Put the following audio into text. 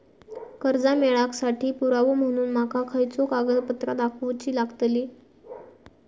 कर्जा मेळाक साठी पुरावो म्हणून माका खयचो कागदपत्र दाखवुची लागतली?